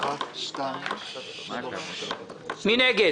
מי נגד?